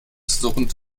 surrend